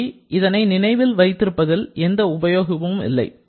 மற்றபடி இதனை நினைவில் வைத்திருப்பதில் எந்த உபயோகமும் இல்லை